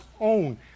own